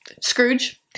Scrooge